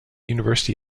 university